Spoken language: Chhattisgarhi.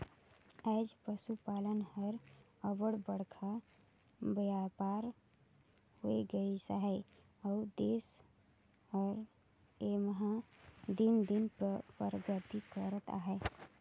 आएज पसुपालन हर अब्बड़ बड़खा बयपार होए गइस अहे अउ देस हर एम्हां दिन दिन परगति करत अहे